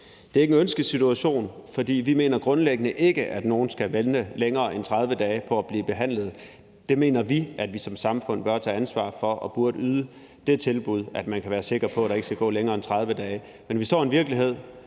Det er ikke en ønskesituation, for vi mener grundlæggende ikke, at nogen skal vente længere end 30 dage på at blive behandlet, og vi mener, at vi som samfund bør tage ansvar for det og burde yde det tilbud, at man kan være sikker på, at der ikke skal gå længere end 30 dage. Men vi står i en virkelighed,